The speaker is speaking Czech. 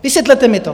Vysvětlete mi to.